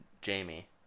Jamie